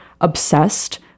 obsessed